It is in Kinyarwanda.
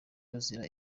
bazira